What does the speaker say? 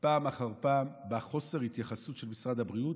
פעם אחר פעם בחוסר התייחסות של משרד הבריאות,